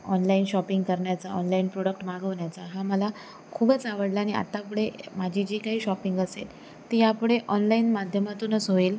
online shopping करण्याचा online product मागवण्याचा हा मला खूपच आवडला आणि आत्ता पुढे माझी जी काही शॉपिंग असेल ती ह्यापुढे ऑनलाईन माध्यमातूनच होईल